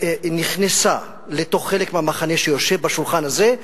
נכנסה לתוך חלק מהמחנה שיושב לשולחן הזה,